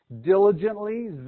Diligently